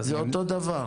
זה אותו הדבר.